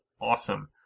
awesome